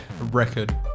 Record